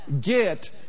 get